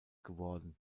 geworden